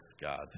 God